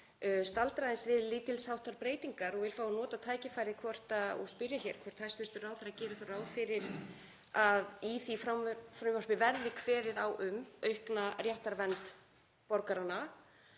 staldra aðeins við lítilsháttar breytingar og vil fá að nota tækifærið og spyrja hvort hæstv. ráðherra geri þá ráð fyrir að í því frumvarpi verði kveðið á um aukna réttarvernd borgaranna.